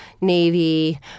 Navy